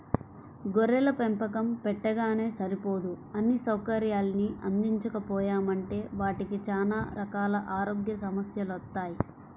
గొర్రెల పెంపకం పెట్టగానే సరిపోదు అన్నీ సౌకర్యాల్ని అందించకపోయామంటే వాటికి చానా రకాల ఆరోగ్య సమస్యెలొత్తయ్